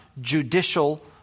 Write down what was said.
judicial